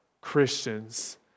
Christians